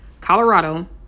colorado